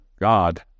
God